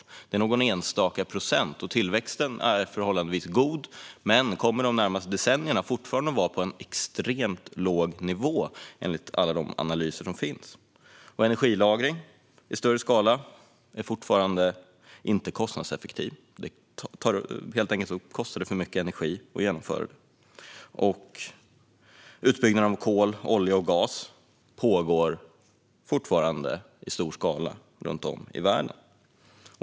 De står för någon enstaka procent. Tillväxten är förhållandevis god, men dessa energikällor kommer de närmaste decennierna fortfarande att ligga på en extremt låg nivå, enligt alla analyser som finns. Energilagring i större skala är fortfarande inte kostnadseffektivt. Det kräver helt enkelt för mycket energi att genomföra. Utbyggnaden av kol, olja och gas pågår fortfarande i stor skala runt om i världen.